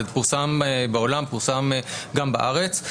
זה פורסם בעולם, פורסם גם בארץ.